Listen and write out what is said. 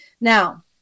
Now